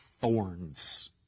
thorns